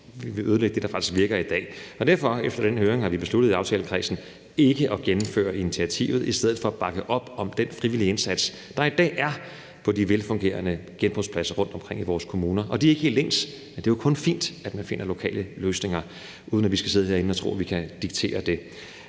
i dag. Kl. 16:03 Derfor har vi efter den høring besluttet i aftalekredsen ikke at gennemføre initiativet og i stedet for bakke op om den frivillige indsats, der i dag er på de velfungerende genbrugspladser rundtomkring i vores kommuner. De er ikke helt ens, men det er kun fint, at man finder lokale løsninger, uden at vi skal sidde herinde og tro, at vi kan diktere det.